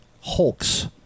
Hulks